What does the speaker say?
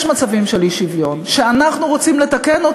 יש מצבים של אי-שוויון שאנחנו רוצים לתקן.